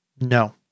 No